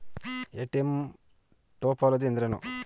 ATM topology ಎಂದರೇನು?